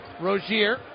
rogier